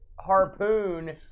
harpoon